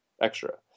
extra